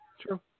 true